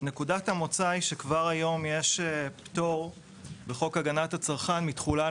נקודת המוצא היא שכבר היום יש פטור בחוק הגנת הצרכן מתחולה,